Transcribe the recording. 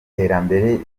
iterambere